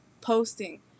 posting